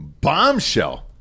bombshell